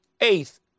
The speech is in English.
eighth